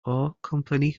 company